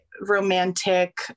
romantic